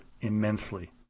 immensely